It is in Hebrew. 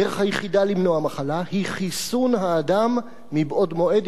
הדרך היחידה למנוע מחלה היא חיסון האדם מבעוד מועד,